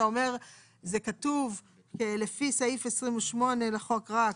אתה אומר זה כתוב לפי סעיף 28 לחוק רק,